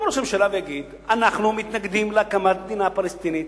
יקום ראש הממשלה ויגיד: אנחנו מתנגדים להקמת מדינה פלסטינית,